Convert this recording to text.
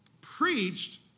preached